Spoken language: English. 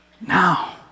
now